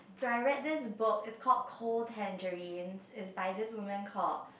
so I read this book is called Cold Tangerines is by this woman called